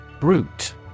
Brute